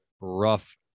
rough